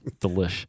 Delish